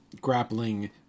grappling